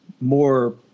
more